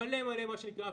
היו מלא-מלא פידבקים.